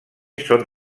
són